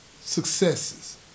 successes